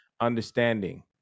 understanding